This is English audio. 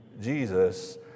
Jesus